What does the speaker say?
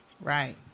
Right